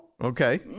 Okay